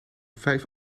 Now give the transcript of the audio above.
vijf